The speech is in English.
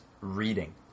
reading